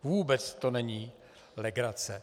Vůbec to není legrace.